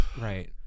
Right